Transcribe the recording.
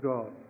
God